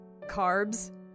carbs